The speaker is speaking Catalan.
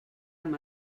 amb